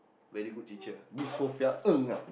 very good teacher Miss Sophia-Ng ah